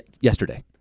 yesterday